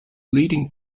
leading